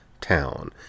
Town